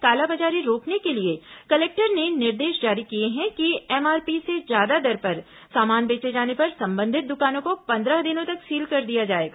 कालाबाजारी रोकने के लिए कलेक्टर ने निर्देश जारी किए हैं कि एमआरपी से ज्यादा दर पर सामान बेचे जाने पर संबंधित दुकानों को पन्द्रह दिनों तक सील कर दिया जाएगा